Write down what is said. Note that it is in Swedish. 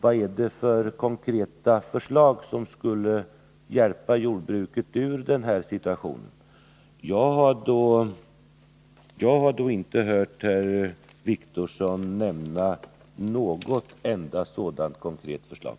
Vad är det för konkreta förslag som skulle hjälpa jordbruket ur den här situationen? Jag har inte hört herr Wictorsson nämna ett enda sådant konkret förslag.